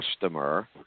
customer